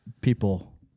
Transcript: people